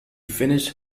finished